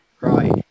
Right